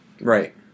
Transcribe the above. Right